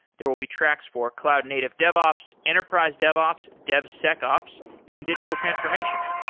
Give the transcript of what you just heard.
there will be tracks for cloud native devops, enterprise devops, devsecops and digital transformation.